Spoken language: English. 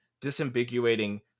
disambiguating